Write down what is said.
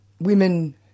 women